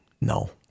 No